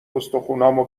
استخونامو